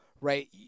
right